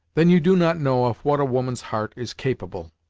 then you do not know of what a woman's heart is capable!